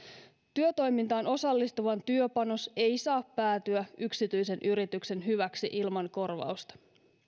työtoimintaan osallistuvan työpanos ei saa päätyä yksityisen yrityksen hyväksi ilman korvausta